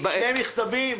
שתי מכתבים?